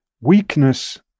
Weakness